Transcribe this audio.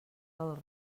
del